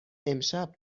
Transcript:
امشب